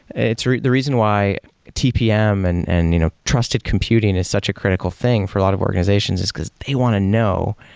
the reason why tpm and and you know trusted computing is such a critical thing for a lot of organizations is because they want to know.